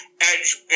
edge